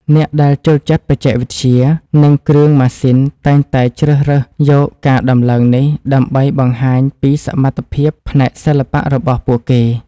អ្នកដែលចូលចិត្តបច្ចេកវិទ្យា និងគ្រឿងម៉ាស៊ីនតែងតែជ្រើសរើសយកការដំឡើងនេះដើម្បីបង្ហាញពីសមត្ថភាពផ្នែកសិល្បៈរបស់ពួកគេ។